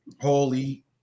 Holy